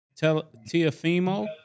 Tiafimo